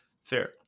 Fair